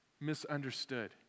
misunderstood